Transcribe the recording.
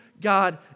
God